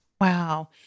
Wow